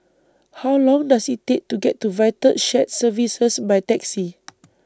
How Long Does IT Take to get to Vital Shared Services By Taxi